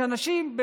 ואנשים,